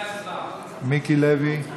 מיקי לוי,